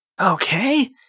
Okay